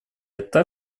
это